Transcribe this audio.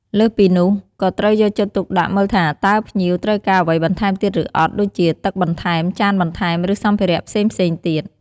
លើសពីនោះក៏ត្រូវយកចិត្តទុកដាក់មើលថាតើភ្ញៀវត្រូវការអ្វីបន្ថែមទៀតឬអត់ ដូចជា ទឹកបន្ថែម ចានបន្ថែម ឬសម្ភារៈផ្សេងៗទៀត។